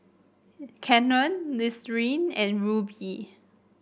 Canon Listerine and Rubi